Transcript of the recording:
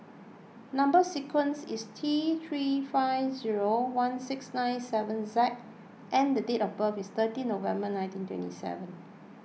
Number Sequence is T three five zero one six nine seven Z and the date of birth is thirty November nineteen twenty seven